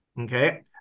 Okay